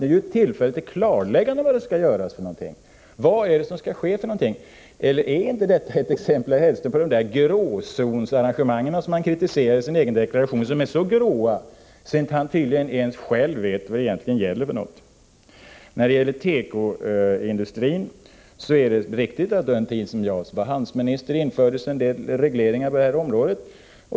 Men debatter som i dag borde vara tillfällen till klarläggande om vad som skall göras. Är inte detta ett exempel på de gråzonsarrangemang som herr Hellström kritiserade i sin egen deklaration och som är så gråa att han tydligen inte ens själv vet vad det är fråga om? När det gäller tekoindustrin är det riktigt att det under den tid då jag var handelsminister infördes en del regleringar.